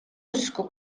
usku